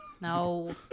No